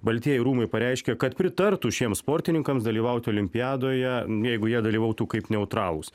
baltieji rūmai pareiškė kad pritartų šiems sportininkams dalyvauti olimpiadoje jeigu jie dalyvautų kaip neutralūs